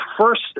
first